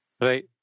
right